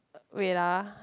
wait ah